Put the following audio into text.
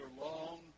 long